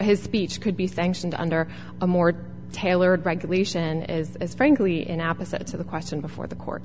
his speech could be sanctioned under a more tailored regulation is is frankly in opposite to the question before the court